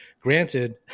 Granted